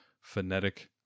phonetic